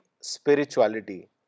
spirituality